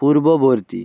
পূর্ববর্তী